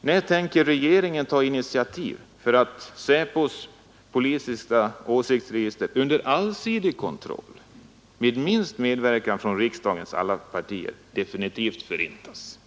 När tänker regeringen ta initiativ till att SÄPO:s politiska åsiktsregistrering under allsidig kontroll, under medverkan från riksdagens alla partier, definitivt förintas?